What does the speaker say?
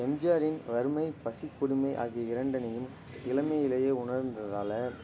எம்ஜிஆரின் வறுமை பசிக் கொடுமை ஆகிய இரண்டினையும் இளமையிலேயே உணர்ந்ததால்